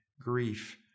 grief